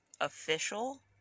official